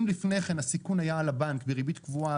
אם לפני כן הסיכון היה על הבנק בריבית קבועה,